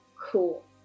Cool